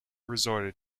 resorted